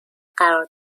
قرار